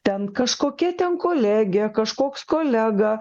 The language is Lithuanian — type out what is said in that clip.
ten kažkokia ten kolegė kažkoks kolega